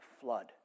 flood